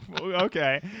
Okay